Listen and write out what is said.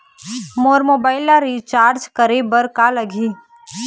मोर mobile ला recharge करे बर का लगही?